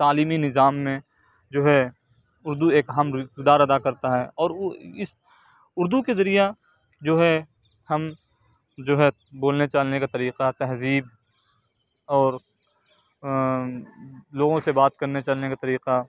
تعلیمی نظام میں جو ہے اردو ایک اہم رو کردار ادا کرتا ہے اور او اس اردو کے ذریعہ جو ہے ہم جو ہے بولنے چالنے کا طریقہ تہذیب اور لوگوں سے بات کرنے چلنے کا طریقہ